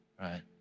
Right